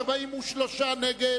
43 נגד,